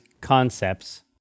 concepts